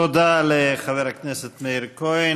תודה לחבר הכנסת מאיר כהן.